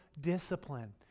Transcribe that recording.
discipline